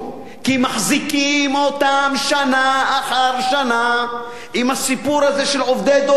כי מחזיקים אותם שנה אחר שנה עם הסיפור הזה של עובדי דור ב',